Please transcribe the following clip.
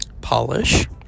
polish